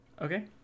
Okay